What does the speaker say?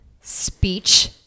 speech